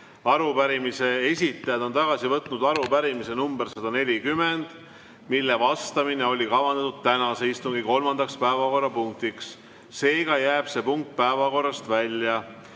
Arupärimise esitajad on tagasi võtnud arupärimise nr 140, millele vastamine oli kavandatud tänase istungi kolmandaks päevakorrapunktiks. Seega jääb see punkt päevakorrast välja.